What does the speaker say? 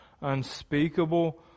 unspeakable